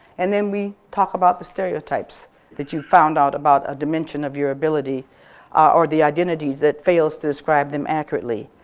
and then we talk about the stereotypes that you found out about a dimension of your ability or the identity that fails to describe them accurately.